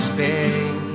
Spain